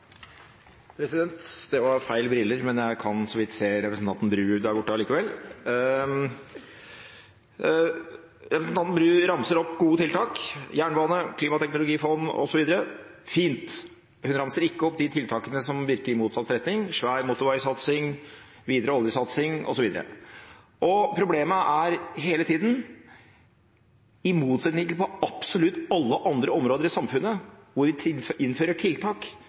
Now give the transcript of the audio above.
Det var feil briller, men jeg kan så vidt se representanten Bru der borte allikevel! Representanten Bru ramser opp gode tiltak: jernbane, klimateknologifond osv. – fint! Hun ramser ikke opp de tiltakene som virker i motsatt retning: svær motorveisatsing, videre oljesatsing, osv. Problemet er hele tida – i motsetning til på absolutt alle andre områder i samfunnet hvor vi innfører tiltak,